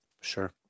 sure